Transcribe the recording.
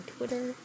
Twitter